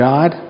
God